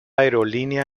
aerolínea